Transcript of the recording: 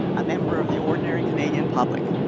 a member of the ordinary canadian public,